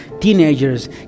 teenagers